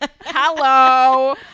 hello